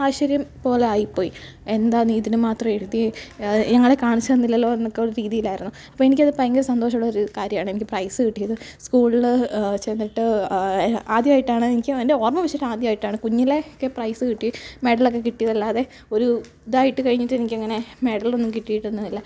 ആശ്ചര്യം പോലായിപ്പോയി എന്താ നീ ഇതിനുമാത്രം എഴുതിയത് ഞങ്ങളെ കാണിച്ചു തന്നില്ലല്ലോ എന്നൊക്കെയുള്ള രീതിയിലായിരുന്നു അപ്പോൾ എനിക്കതിൽ ഭയങ്കര സന്തോഷമുള്ള ഒരു കാര്യമാണ് എനിക്ക് പ്രൈസ് കിട്ടിയത് സ്കൂളിൽ ചെന്നിട്ട് ആദ്യമായിട്ടാണ് എനിക്ക് എൻറ്റോർമ്മ വെച്ചിട്ട് ആദ്യമായിട്ടാണ് കുഞ്ഞിലെ ഒക്കെ പ്രൈസ് കിട്ടി മെഡലൊക്കെ കിട്ടിയതല്ലാതെ ഒരു ഇതായിട്ട് കഴിഞ്ഞിട്ട് എനിക്കങ്ങനെ മെഡലൊന്നും കിട്ടിയിട്ടൊന്നുമില്ല